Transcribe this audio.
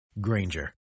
Granger